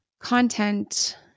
content